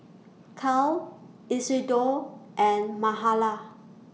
Cale Isidor and Mahala